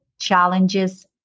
challenges